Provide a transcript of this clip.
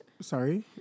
Sorry